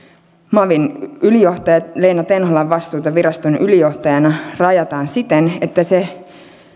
että mavin ylijohtaja leena tenholan vastuuta viraston ylijohtajana rajataan siten että se